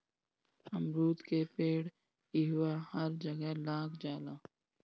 अमरूद के पेड़ इहवां हर जगह लाग जाला